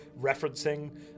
referencing